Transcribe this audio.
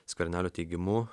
skvernelio teigimu